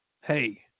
hey